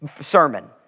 sermon